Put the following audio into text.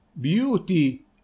Beauty